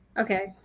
Okay